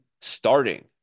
starting